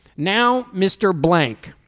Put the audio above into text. now mr. blank